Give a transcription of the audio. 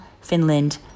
Finland